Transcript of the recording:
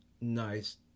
nice